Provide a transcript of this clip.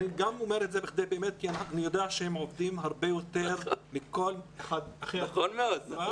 אומר את זה כי אני יודע שהם עובדים הרבה יותר מכל אחד אחר במשרד,